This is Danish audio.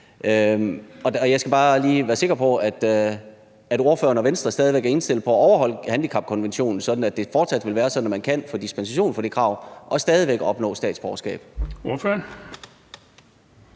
jeg skal bare lige være sikker på, at ordføreren og Venstre stadig væk er indstillet på at overholde handicapkonventionen, sådan at det fortsat vil være sådan, at man kan få dispensation fra det krav og stadig væk opnå statsborgerskab.